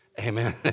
Amen